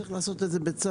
צריך לעשות את זה בצו.